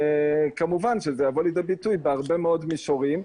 כמובן שזה יבוא לידי ביטוי בהרבה מאוד מישורים.